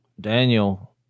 Daniel